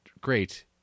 great